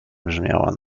brzmiała